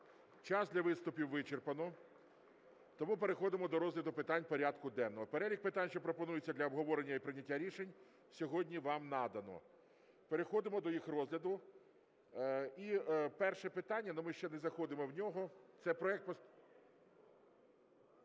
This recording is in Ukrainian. час для виступів вичерпано, тому переходимо до розгляду питань порядку денного. Перелік питань, що пропонуються для обговорення і прийняття рішень сьогодні, вам надано. Переходимо до їх розгляду. І перше питання (ну, ми ще не заходимо в нього) – це проект…